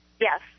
Yes